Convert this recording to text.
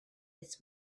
its